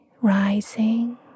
rising